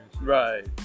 Right